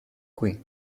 qui